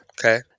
Okay